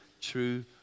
true